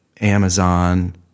Amazon